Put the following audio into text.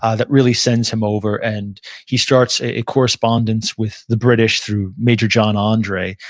ah that really sends him over, and he starts a correspondence with the british through major john andre,